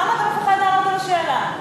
למה אתה פוחד לענות על השאלה?